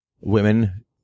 women